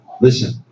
Listen